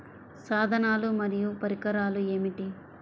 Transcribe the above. సాధనాలు మరియు పరికరాలు ఏమిటీ?